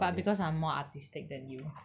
but because I'm more artistic that you